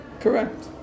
correct